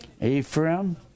Ephraim